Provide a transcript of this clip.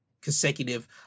consecutive